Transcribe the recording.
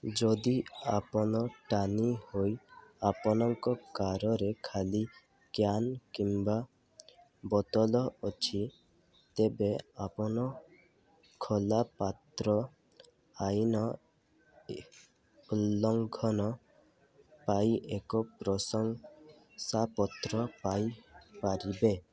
ଯଦି ଆପଣ ଟାଣି ହୋଇ ଆପଣଙ୍କ କାରରେ ଖାଲି କ୍ୟାନ୍ କିମ୍ବା ବୋତଲ ଅଛି ତେବେ ଆପଣ ଖୋଲା ପାତ୍ର ଆଇନ ଇ ଉଲ୍ଲଂଘନ ପାଇଁ ଏକ ପ୍ରଶଂସାପତ୍ର ପାଇପାରିବେ